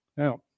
Now